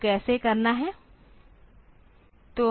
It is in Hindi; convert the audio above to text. तो कैसे करना है